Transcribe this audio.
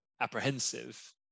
apprehensive